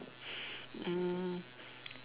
mm